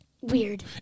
weird